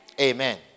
Amen